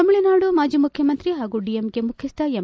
ತಮಿಳುನಾಡು ಮಾಜಿ ಮುಖ್ಯಮಂತ್ರಿ ಹಾಗೂ ಡಿಎಂಕೆ ಮುಖ್ಯಸ್ವ ಎಂ